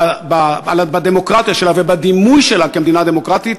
בדמוקרטיה שלה ובדימוי שלה כמדינה דמוקרטית,